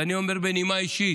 ואני אומר, בנימה אישית: